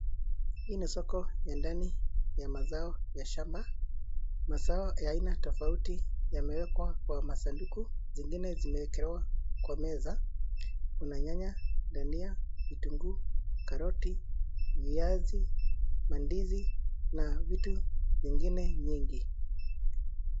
Hii ni soko ya ndani ya mazao ya shamba. Mazao ya aina tofauti yamewekwa kwa masanduku. Zingine zimewekelewa kwa meza. Kuna nyanya, ndania, kitunguu, karoti ,viazi, ndizi na vitu vingine nyingi.